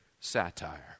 satire